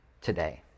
today